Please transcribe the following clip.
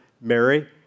Mary